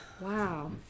wow